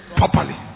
properly